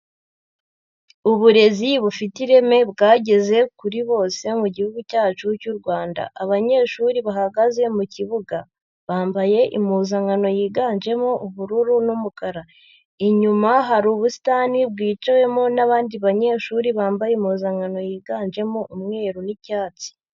Uburezi bufite ireme bwageze kuri bose mu gihugu cyacu cy'u Rwanda. Abanyeshuri bahagaze mu kibuga. Bambaye impuzankano yiganjemo ubururu n'umukara. Inyuma hari ubusitani bwicawemo n'abandi banyeshuri bambaye impuzankano yiganjemo umweru n'icyatsi.